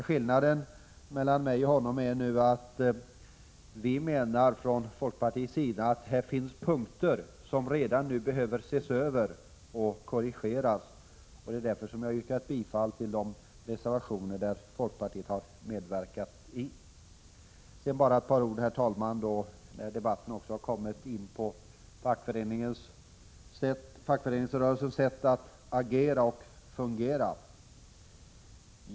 Skillnaden mellan mig och honom är nu att vi från folkpartiets sida menar att här finns punkter som behöver ses över och korrigeras redan nu, och därför har jag yrkat bifall till de reservationer som folkpartiet har medverkat i. Sedan bara ett par ord till, herr talman, eftersom debatten kommit in på fackföreningsrörelsens sätt att agera och fungera.